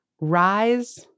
rise